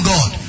God